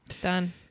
Done